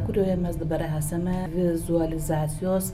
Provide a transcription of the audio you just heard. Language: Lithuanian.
kurioje mes dabar esame vizualizacijos